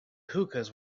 hookahs